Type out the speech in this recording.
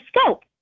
scope